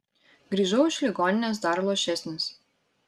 grįžau iš ligoninės dar luošesnis